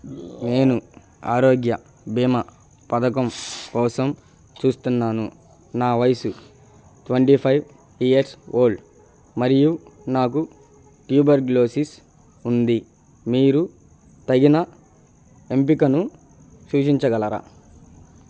నేను ఆరోగ్య బీమా పథకం కోసం చూస్తున్నాను నా వయస్సు ట్వెంటీ ఫైవ్ ఇయర్స్ ఓల్డ్ మరియు నాకు ట్యూబర్గ్లోసిస్ ఉంది మీరు తగిన ఎంపికను సూచించగలరా